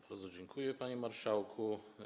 Bardzo dziękuję, panie marszałku.